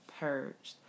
purged